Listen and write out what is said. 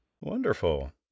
Wonderful